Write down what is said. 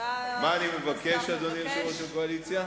אני מבקש, אדוני יושב-ראש הקואליציה?